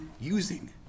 using